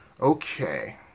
Okay